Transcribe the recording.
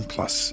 Plus